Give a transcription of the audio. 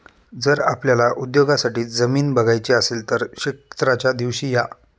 जर आपल्याला उद्योगासाठी जमीन बघायची असेल तर क्षेत्राच्या दिवशी या